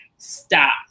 Stop